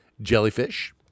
Jellyfish